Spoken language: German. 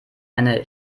eine